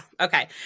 Okay